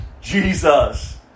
Jesus